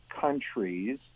countries